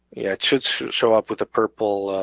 yeah should should show up with a purple.